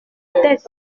tête